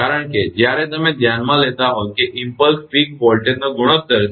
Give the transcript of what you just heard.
કારણ કે જ્યારે તમે ધ્યાનમાં લેતા હો કે તે ઇમપ્લસ પીક વોલ્ટેજનો ગુણોત્તર છે